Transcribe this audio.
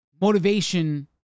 Motivation